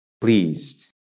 pleased